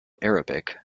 arabic